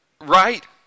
right